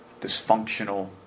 dysfunctional